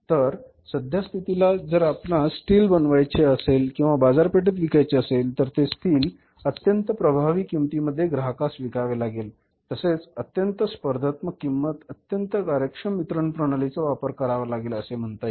तर सध्यास्थितीला जर आपणास स्टील बनवायचे असेल किंवा बाजारपेठेत विकायचे असेल तर ते स्टील अत्यंत प्रभावी किंमती मध्ये ग्राहकास विकावे लागेल तसेच अत्यंत स्पर्धात्मक किंमत आणि अत्यंत कार्यक्षम वितरण प्रणालीचा वापर करावा लागेल असे म्हणता येईल